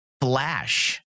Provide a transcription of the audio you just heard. flash